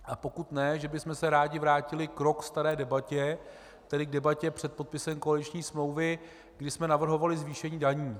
A pokud ne, že bychom se rádi vrátili k rok staré debatě, tedy k debatě před podpisem koaliční smlouvy, kdy jsme navrhovali zvýšení daní.